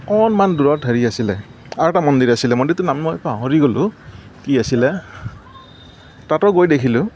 অকণমান দূৰত হেৰি আছিলে আৰু এটা মন্দিৰ আছিলে মন্দিৰটোৰ নাম মই পাহৰি গ'লো কি আছিলে তাতো গৈ দেখিলোঁ